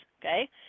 okay